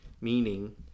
Meaning